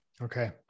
okay